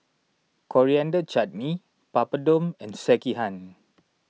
Coriander Chutney Papadum and Sekihan